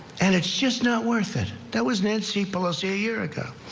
and it's just not worth it that was nancy pelosi a year. and